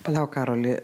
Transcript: palauk karoli